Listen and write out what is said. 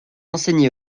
enseigné